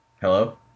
Hello